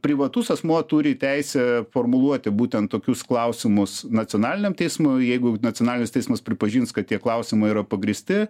privatus asmuo turi teisę formuluoti būtent tokius klausimus nacionaliniam teismui jeigu nacionalinis teismas pripažins kad tie klausimai yra pagrįsti